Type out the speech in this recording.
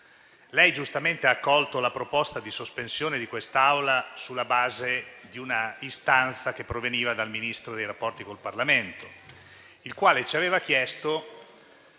Lei giustamente ha accolto la proposta di sospensione dei lavori di quest'Aula sulla base di un'istanza che proveniva dal Ministro per i rapporti con il Parlamento, il quale ci aveva